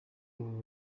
ubu